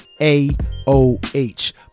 A-O-H